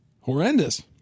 horrendous